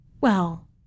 Well